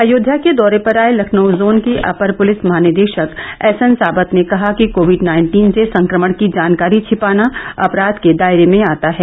अयोध्या के दौरे पर आए लखनऊ जोन के अपर पुलिस महानिदेशक एस एन सावत ने कहा कि कोविड नाइन्टीन से संक्रमण की जानकारी छिपाना अपराध के दायरे में आता है